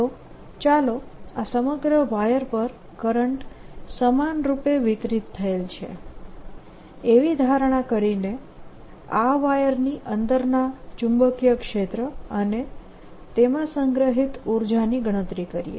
તો ચાલો આ સમગ્ર વાયર પર કરંટ સમાનરૂપે વિતરિત થયેલ છે એવી ધારણા કરીને આ વાયરની અંદરના ચુંબકીય ક્ષેત્ર અને તેમાં સંગ્રહિત ઉર્જાની ગણતરી કરીએ